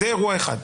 זה אירוע אחד.